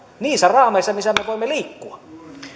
niissä raameissa missä me me voimme liikkua